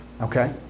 Okay